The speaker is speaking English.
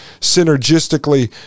synergistically